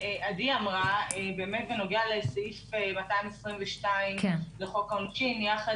אמרה בנוגע לסעיף 222 לחוק העונשין יחד